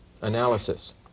analysis